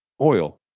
oil